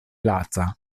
laca